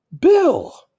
Bill